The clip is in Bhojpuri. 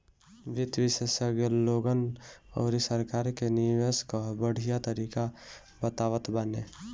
वित्त विशेषज्ञ लोगन अउरी सरकार के निवेश कअ बढ़िया तरीका बतावत बाने